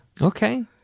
Okay